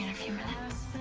few minutes?